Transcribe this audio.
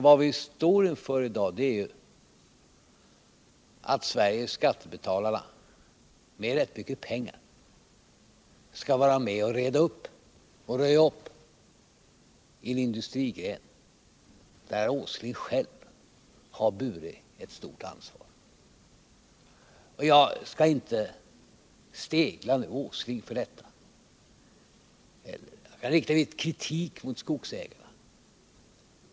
Vad vi står inför i dag är att Sveriges skattebetalare med rätt mycket pengar skall vara med och röja upp i en industrigren, där herr Åsling själv har burit ett stort ansvar. Jag skall inte stegla herr Åsling för detta. Jag riktade kritik mot skogsägarna.